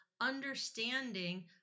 understanding